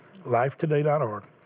lifetoday.org